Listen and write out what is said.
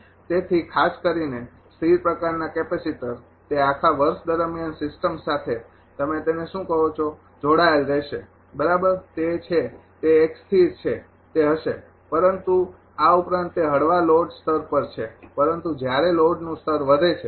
તેથી ખાસ કરીને સ્થિર પ્રકારનાં કેપેસિટર તે આખા વર્ષ દરમિયાન સિસ્ટમ સાથે તમે તેને શું કહો છો જોડાયેલ રહશે બરાબર તે છે તે એક સ્થિર છે તે હશે પરંતુ આ ઉપરાંત તે હળવા લોડ સ્તર પર છે પરંતુ જ્યારે લોડનું સ્તર વધે છે